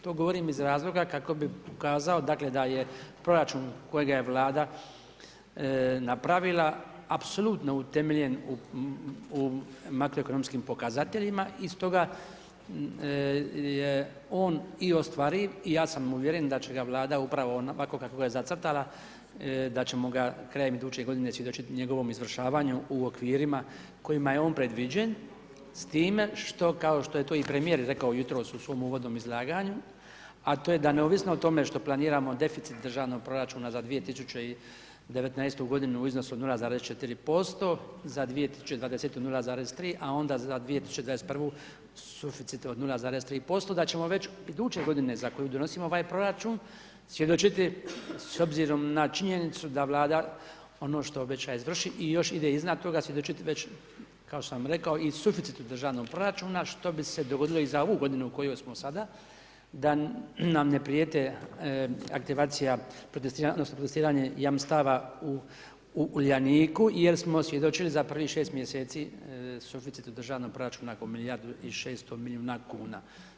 To govorim iz razloga kako bi pokazao dakle da je proračun kojega je Vlada napravila apsolutno utemeljen u makroekonomskim pokazateljima i stoga je on i ostvariv i ja sam uvjeren da će ga Vlada upravo ovako kako ga je zacrtala da ćemo ga krajem iduće goditi svjedočiti njegovom izvršavanju u okvirima kojima je on predviđen, s time što kao što je to i premijer rekao jutros u svom uvodnom izlaganju, a to je da neovisno o tome što planiramo deficit državnog proračuna za 2019. godinu u iznosu od 0,4%, za 2020. 0,3, a onda za 2021. suficit od 0,3% da ćemo već iduće godine za koju donosimo ovaj proračun svjedočiti s obzirom na činjenicu da Vlada ono što obećaje izvrši i još ide iznad toga svjedočiti kao što sam rekao i suficit u državnom proračunu što bi se dogodilo i za ovu godinu u kojoj smo sada da nam ne prijete aktivacija investiranje jamstava u Uljaniku jer smo svjedočili za prvih 6 mjeseci suficit u državnom proračunu oko milijardu i 600 milijuna kuna.